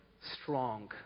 strong